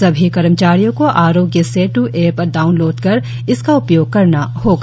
सभी कर्मचारियों को आरोग्य सेत् एप डाउनलोड कर इसका उपयोग करना होगा